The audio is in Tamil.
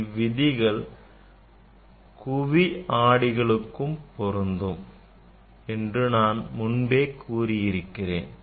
இவ்விதிகள் குவி ஆடிகளுக்கும் பொருந்தும் என்று நான் முன்பே கூறியிருக்கிறேன்